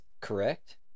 correct